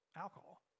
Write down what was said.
alcohol